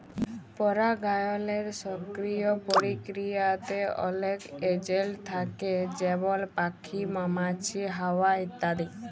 পারাগায়লের সকিরিয় পরকিরিয়াতে অলেক এজেলট থ্যাকে যেমল প্যাখি, মমাছি, হাওয়া ইত্যাদি